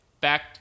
back